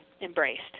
embraced